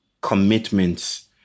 commitments